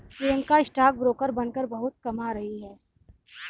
Priyanka stock broker बनकर बहुत कमा रही है